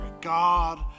God